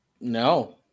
No